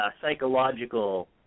psychological